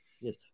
Yes